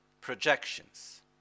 projections